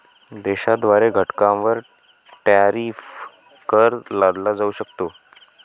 देशाद्वारे घटकांवर टॅरिफ कर लादला जाऊ शकतो